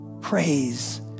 praise